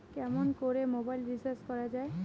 কেমন করে mobile recharge করা য়ায়?